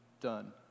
done